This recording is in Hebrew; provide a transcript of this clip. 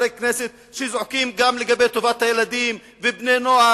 חברי כנסת זועקים גם לגבי טובת הילדים ובני-נוער,